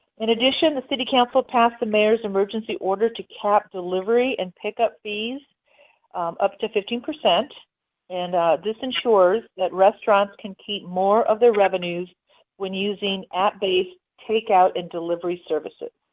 in addition, the city council passed the mayor's emergency order to cap delivery and pick up fees up to fifteen, and this ensures that restaurants can keep more of their revenues when using at base takeout and delivery services.